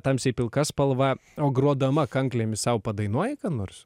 tamsiai pilka spalva o grodama kanklėmis sau padainuoji ką nors